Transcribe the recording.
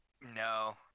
No